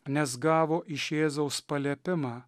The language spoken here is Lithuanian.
nes gavo iš jėzaus paliepimą